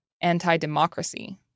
anti-democracy